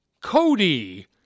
Cody